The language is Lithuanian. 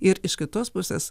ir iš kitos pusės